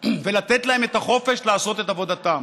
ולתת להם את החופש לעשות את עבודתם.